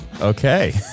Okay